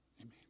Amen